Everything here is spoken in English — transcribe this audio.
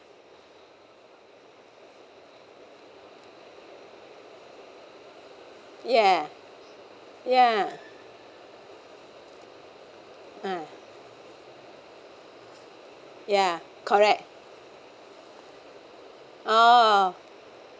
yeah ya uh ya correct oh